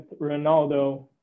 Ronaldo